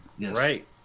Right